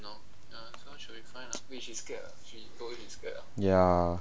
ya